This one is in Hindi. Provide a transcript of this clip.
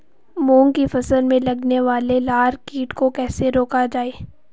मूंग की फसल में लगने वाले लार कीट को कैसे रोका जाए?